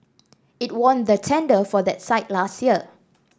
it won the tender for that site last year